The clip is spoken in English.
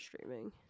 streaming